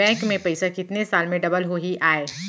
Bank में पइसा कितने साल में डबल होही आय?